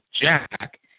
Jack